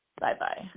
Bye-bye